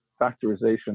factorization